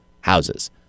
houses